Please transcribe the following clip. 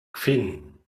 kvin